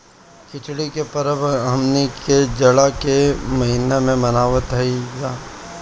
खिचड़ी के परब हमनी के जाड़ा के महिना में मनावत हई जा